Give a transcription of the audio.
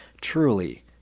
Truly